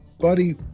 Buddy